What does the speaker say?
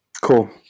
cool